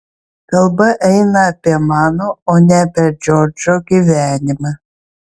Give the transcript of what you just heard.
kalba eina apie mano o ne apie džordžo gyvenimą